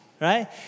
right